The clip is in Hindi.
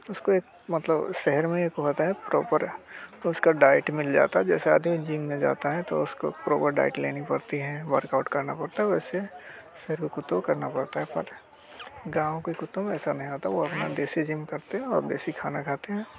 उसको एक मतलब शहर में एक होता है प्रोपर उसका डाइट मिल जाता है जैसे आदमी जिम में जाता है तो उसको प्रोपर डाइट लेनी पड़ती है वर्कआउट करना पड़ता है वैसे शहर के कुत्तों को करना पड़ता है पर गाँव के कुत्तों में ऐसा नहीं होता वो अपना देसी जिम करते हैं और देसी खाना खाते हैं